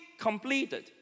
completed